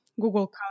Google